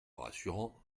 rassurant